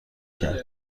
کرد